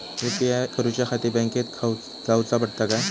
UPI करूच्याखाती बँकेत जाऊचा पडता काय?